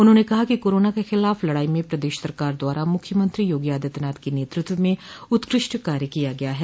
उन्होंने कहा कि कोरोना के खिलाफ लड़ाई में प्रदेश सरकार द्वारा मूख्यमंत्री योगी आदित्यनाथ के नेतृत्व में उत्कृष्ट कार्य किया गया है